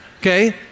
Okay